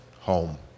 home